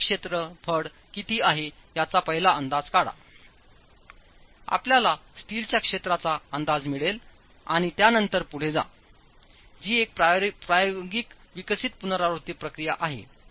स्टीलचे क्षेत्रफळ किती आहे याचा पहिला अंदाज काढा आपल्याला स्टीलच्या क्षेत्राचा अंदाज मिळेल आणि त्यानंतर पुढे जाजी एक प्रायोगिकविकसित पुनरावृत्ती प्रक्रिया आहे